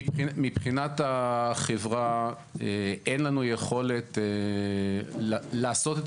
מבחינת החברה אין לנו יכולת לעשות את